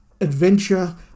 adventure